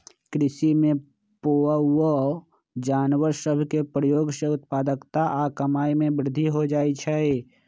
कृषि में पोअउऔ जानवर सभ के प्रयोग से उत्पादकता आऽ कमाइ में वृद्धि हो जाइ छइ